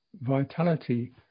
vitality